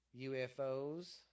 UFOs